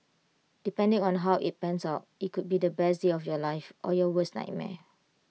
depending on how IT pans out IT could be the best year of your life or your worst nightmare